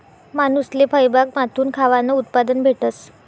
मानूसले फयबागमाथून खावानं उत्पादन भेटस